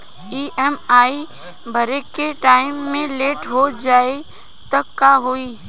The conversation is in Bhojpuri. ई.एम.आई भरे के टाइम मे लेट हो जायी त का होई?